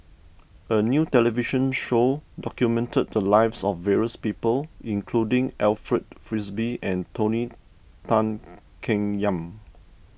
a new television show documented the lives of various people including Alfred Frisby and Tony Tan Keng Yam